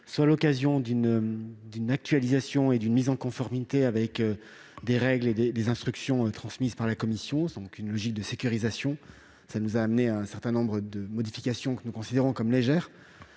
soit l'occasion d'une actualisation et d'une mise en conformité avec des règles et des instructions transmises par la Commission européenne, dans une logique de sécurisation. Cette dernière nous a amenés à procéder à un certain nombre de modifications, que nous considérons comme légères.